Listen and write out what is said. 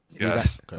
Yes